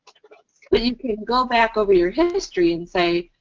but you could go back over your history and say,